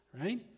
Right